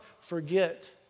forget